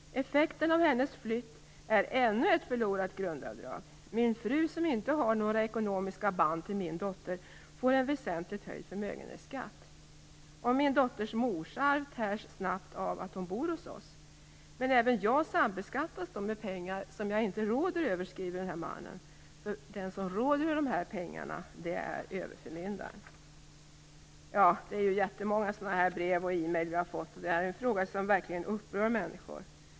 Effekten av hennes flytt är ännu ett förlorat grundavdrag. Min fru, som inte har några ekonomiska band till min dotter, fick en väsentligt höjd förmögenhetsskatt. Min dotters morsarv tärs snabbt av att hon bor hos oss. Men även jag sambeskattas när det gäller pengar som jag inte råder över, skriver mannen. Den som råder över dessa pengar är överförmyndaren. Vi har fått jättemånga brev och e-brev av den här typen. Detta är en fråga som verkligen upprör människor.